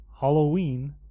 Halloween